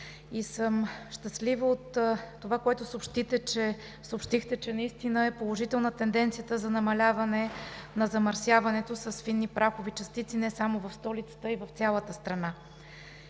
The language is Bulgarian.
Щастлива съм от това, което съобщихте, че е положителна тенденцията за намаляване на замърсяването с фини прахови частици не само в столицата, а и в цялата страна.